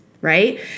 right